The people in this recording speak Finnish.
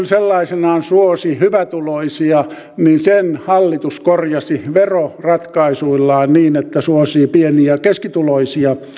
sellaisenaan suosi hyvätuloisia niin sen hallitus korjasi veroratkaisuillaan niin että se suosii pieni ja keskituloisia